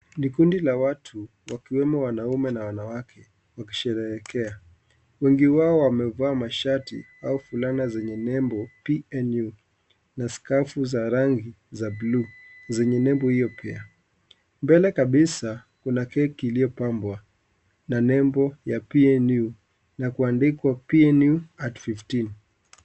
Ni kundi la watu wakiwemo wanaume na wanawake wakisherehekea, wengi wao wamevaa mashati au fulana zenye nembo PNU na skafu za rangi ya buluu zenye nembo hiyo pia, mbele kabisa kuna keki iliyopambwa na nembo ya PNU na kuandikwa PNU at fifteen(cs).